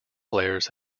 players